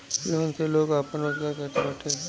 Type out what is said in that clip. loan से लोग आपन रोजगार करत बाटे